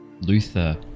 Luther